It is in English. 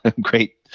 great